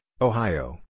Ohio